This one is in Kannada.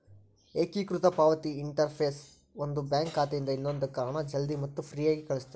ಏಕೇಕೃತ ಪಾವತಿ ಇಂಟರ್ಫೇಸ್ ಒಂದು ಬ್ಯಾಂಕ್ ಖಾತೆಯಿಂದ ಇನ್ನೊಂದಕ್ಕ ಹಣ ಜಲ್ದಿ ಮತ್ತ ಫ್ರೇಯಾಗಿ ಕಳಸ್ತಾರ